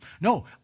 no